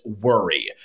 worry